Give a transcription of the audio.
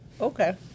Okay